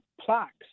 plaques